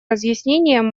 разъяснением